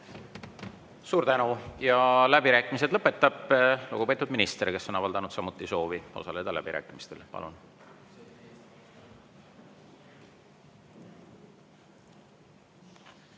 Suur tänu! Läbirääkimised lõpetab lugupeetud minister, kes on avaldanud samuti soovi osaleda läbirääkimistel. Palun!